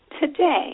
today